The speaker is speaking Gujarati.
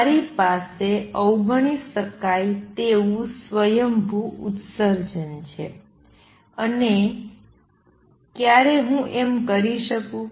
મારી પાસે અવગણી શકાય તેવું સ્વયંભૂ ઉત્સર્જન છે અને ક્યારે હું એમ કરી શકું